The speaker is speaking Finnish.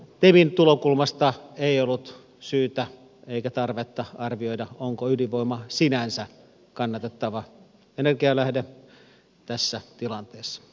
temin tulokulmasta ei ollut syytä eikä tarvetta arvioida onko ydinvoima sinänsä kannatettava energianlähde tässä tilanteessa